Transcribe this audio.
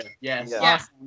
Yes